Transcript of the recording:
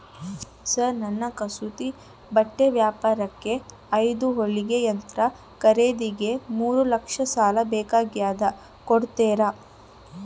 Sir ನನ್ನ ಕಸೂತಿ ಬಟ್ಟೆ ವ್ಯಾಪಾರಕ್ಕೆ ಐದು ಹೊಲಿಗೆ ಯಂತ್ರ ಖರೇದಿಗೆ ಮೂರು ಲಕ್ಷ ಸಾಲ ಬೇಕಾಗ್ಯದ ಕೊಡುತ್ತೇರಾ?